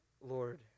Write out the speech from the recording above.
Lord